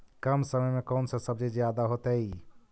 कम समय में कौन से सब्जी ज्यादा होतेई?